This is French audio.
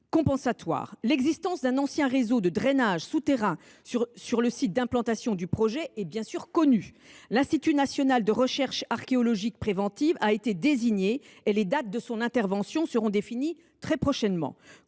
L’existence d’un ancien réseau de drainage sous terrain sur le site d’implantation du projet est connue. L’Institut national de recherches archéologiques préventives (Inrap) a été désigné et les dates de son intervention seront définies prochainement.